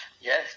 Yes